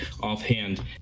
offhand